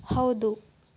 ಹೌದು